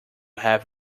have